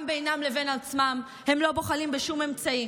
גם בינם לבין עצמם הם לא בוחלים בשום אמצעי.